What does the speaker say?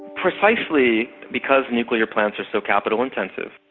precisely because nuclear plants are so capital intensive,